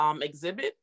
exhibit